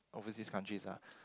some overseas countries ah